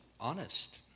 honest